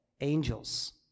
angels